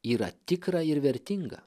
yra tikra ir vertinga